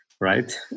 right